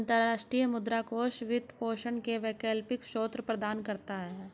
अंतर्राष्ट्रीय मुद्रा कोष वित्त पोषण के वैकल्पिक स्रोत प्रदान करता है